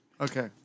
Okay